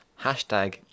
hashtag